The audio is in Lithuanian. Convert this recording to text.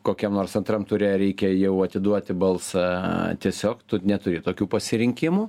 kokiam nors antram ture reikia jau atiduoti balsą tiesiog tu neturi tokių pasirinkimų